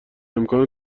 امکان